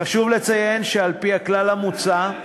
חשוב לציין שעל-פי הכלל המוצע,